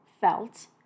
felt